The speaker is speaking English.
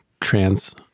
trans